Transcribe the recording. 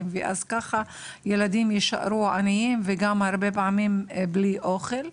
וככה הילדים נשארים עניים ופעמים רבות גם בלי אוכל.